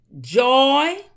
joy